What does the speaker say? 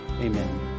Amen